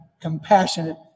compassionate